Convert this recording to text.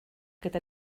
gyda